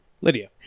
Lydia